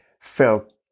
felt